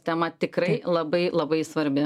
tema tikrai labai labai svarbi